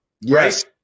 Yes